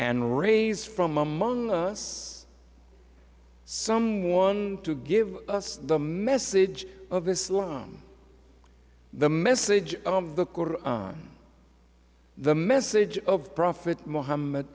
and raise from among us someone to give us the message of islam the message of the course the message of prophet mohammed